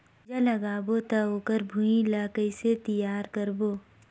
गुनजा लगाबो ता ओकर भुईं ला कइसे तियार करबो?